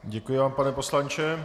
Děkuji vám, pane poslanče.